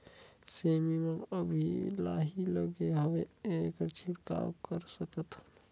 सेमी म अभी लाही लगे हवे एमा कतना छिड़काव कर सकथन?